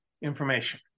information